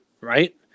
right